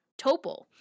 Topol